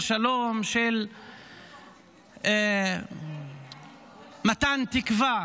של שלום, של מתן תקווה